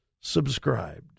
subscribed